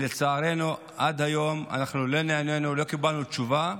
לצערנו, עד היום לא נענינו, לא קיבלנו תשובה.